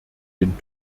den